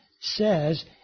says